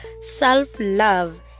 self-love